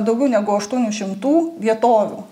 daugiau negu aštuonių šimtų vietovių